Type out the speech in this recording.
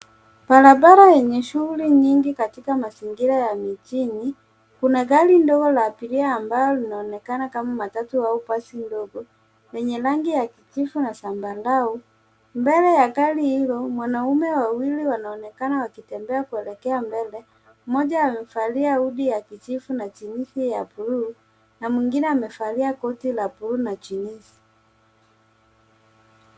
Barabara yenye shughuli nyingi katika mazingira ya mijini, kuna gari ndogo la abiria ambayo linaonekana kama matatu au basi ndogo, lenye rangi ya kijivu na zamarau. Mbele ya gari hilo, wanaume wawili wanaonekana wakitembea kulekea mbele, mmoja amevalia hudi ya kijivu na jiniki ya bluu na mwingine amevalia koti la bluu na jiniki.